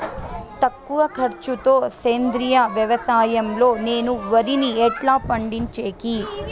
తక్కువ ఖర్చు తో సేంద్రియ వ్యవసాయం లో నేను వరిని ఎట్లా పండించేకి?